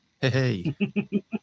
Hey